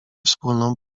wspólną